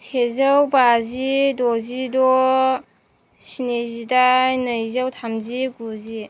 सेजौ बाजि दजिद' स्निजिदाइन नैजौ थामजि गुजि